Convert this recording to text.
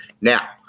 Now